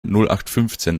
nullachtfünfzehn